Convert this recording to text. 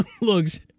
looks